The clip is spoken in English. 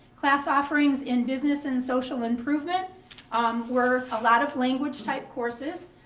class offerings in business and social improvement um were a lot of language type courses.